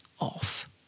off